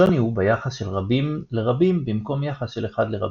השוני הוא ביחס של רבים לרבים במקום יחס של אחד לרבים.